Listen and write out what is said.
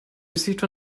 received